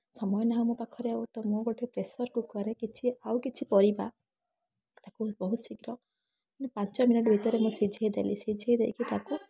ସମୟ ନାହିଁ ଆଉ ମୋ ପାଖରେ ଆଉ ତ ମୁଁ ଗୋଟେ ପ୍ରେସରକୁକରରେ କିଛି ଆଉ କିଛି ପରିବା ତାକୁ ବହୁତ ଶୀଘ୍ର ମାନେ ପାଞ୍ଚ ମିନିଟ୍ ଭିତରେ ମୁଁ ସିଝେଇ ଦେଲି ସିଝେଇ ଦେଇକି ତାକୁ